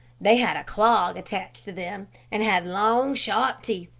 they had a clog attached to them, and had long, sharp teeth.